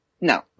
No